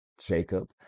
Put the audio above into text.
Jacob